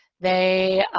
they